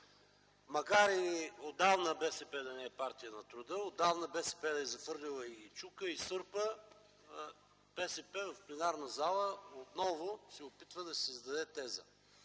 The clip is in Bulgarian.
Макар и отдавна БСП да не е партия на труда, отдавна БСП да е захвърлила и чука и сърпа, БСП в пленарна зала отново се опитва да създаде теза.